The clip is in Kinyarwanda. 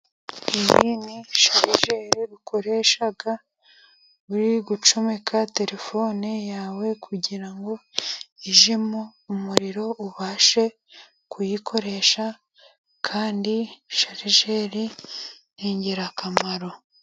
Iyi ni sharijeri ukoresha uri gucomeka terefone yawe, kugira ngo ijyemo umuriro ubashe kuyikoresha, kandi sharijeri ni ingirakamaro.